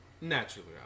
naturally